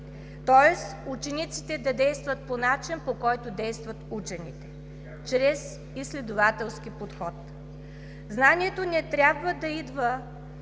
Тоест учениците да действат по начин, по който действат учените – чрез изследователски подход. Знанието не трябва да идва